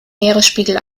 meeresspiegel